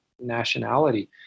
nationality